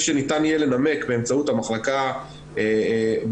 שניתן יהיה לנמק באמצעות המחלקה בממ"מ,